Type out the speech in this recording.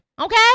Okay